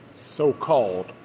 So-Called